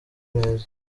neza